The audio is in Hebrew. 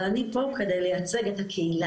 אבל אני פה כדי לייצג את הקהילה,